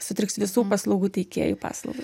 sutriks visų paslaugų teikėjų paslaugos